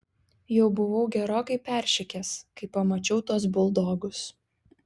jau buvau gerokai peršikęs kai pamačiau tuos buldogus